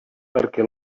perquè